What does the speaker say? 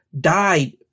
died